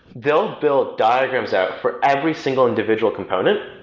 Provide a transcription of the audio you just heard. they'll build diagrams out for every single individual component.